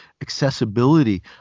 accessibility